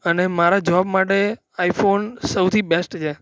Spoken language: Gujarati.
અને મારા જોબ માટે આઇફોન સૌથી બેસ્ટ છે